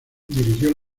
dirigió